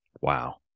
wow